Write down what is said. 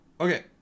okay